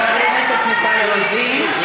חברת הכנסת מיכל רוזין,